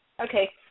Okay